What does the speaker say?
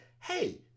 hey